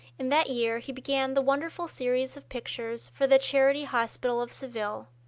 in that year he began the wonderful series of pictures for the charity hospital of seville.